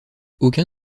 aucun